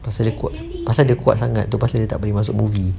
pasal dia kuat pasal dia kuat sangat tu pasal dia tak boleh masuk movie